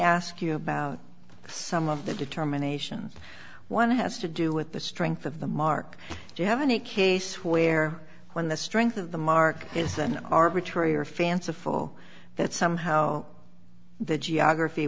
ask you about some of the determinations one has to do with the strength of the mark do you have any case where when the strength of the mark isn't arbitrary or fanciful that somehow the geography